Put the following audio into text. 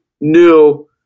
new